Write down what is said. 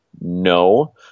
No